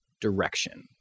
direction